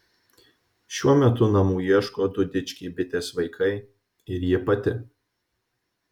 šiuo metu namų ieško du dičkiai bitės vaikai ir ji pati